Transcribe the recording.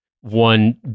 one